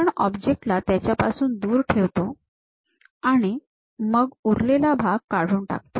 आपण ऑब्जेक्ट ला त्याच्यापासून दूर ठेवतो आणि मग उरलेला भाग काढून टाकतो